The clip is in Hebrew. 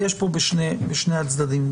יש פה שני צדדים,